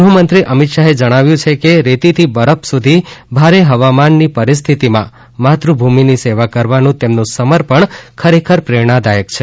ગૃહમંત્રી અમિત શાહે જણઆવ્યું કે રેતીથી બરફ સુધી ભારે હવામાનની પરિસ્થિતીમાં માતૃભૂમિની સેવા કરવાનું તેમનું સમર્પણ ખરેખર પ્રેરણાદાયક છે